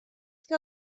que